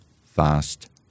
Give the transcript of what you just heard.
fast